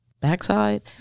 backside